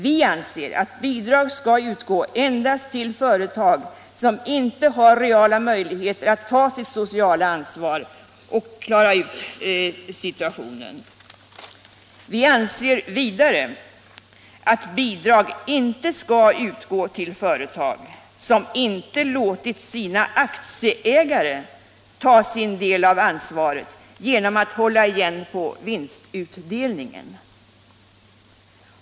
Vi anser att bidrag skall utgå endast till företag som inte har reala möjligheter att ta sitt sociala ansvar och klara ut situationen. Vi anser vidare att bidrag inte skall utgå till företag som inte låtit sina aktieägare ta sin del av ansvaret genom att hålla igen på vinstutdelningen.